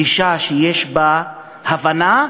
גישה שיש בה הבנה,